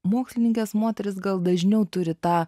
mokslininkės moterys gal dažniau turi tą